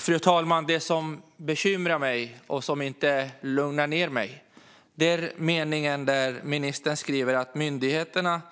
Fru talman! Det som bekymrar mig och som inte lugnar ned mig är meningen där ministern säger "att myndigheterna